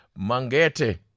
Mangete